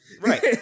Right